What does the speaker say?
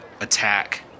attack